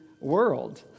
world